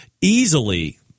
easily